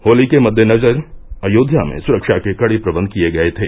होली के मद्देनजर अयोध्या में सुरक्षा के कड़े प्रबंध किए गये थे